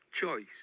choice